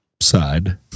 side